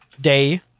day